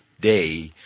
day